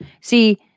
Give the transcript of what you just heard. See